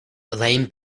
lame